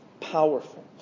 powerful